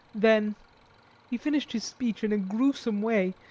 then he finished his speech in a gruesome way,